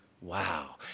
Wow